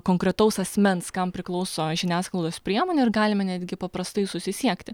konkretaus asmens kam priklauso žiniasklaidos priemonė ir galime netgi paprastai susisiekti